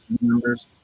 numbers